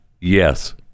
Yes